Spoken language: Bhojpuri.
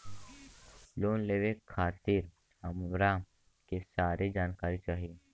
लोन लेवे खातीर हमरा के सारी जानकारी चाही?